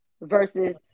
versus